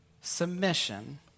submission